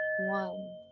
one